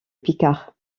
picard